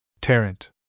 Tarrant